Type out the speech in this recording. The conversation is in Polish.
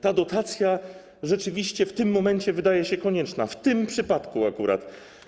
Ta dotacja rzeczywiście w tym momencie wydaje się konieczna, w tym przypadku akurat.